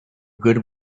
good